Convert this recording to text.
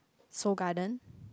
Seoul-Garden